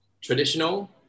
traditional